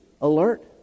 alert